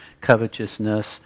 covetousness